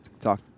talk